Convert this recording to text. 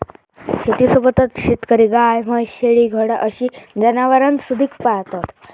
शेतीसोबतच शेतकरी गाय, म्हैस, शेळी, घोडा अशी जनावरांसुधिक पाळतत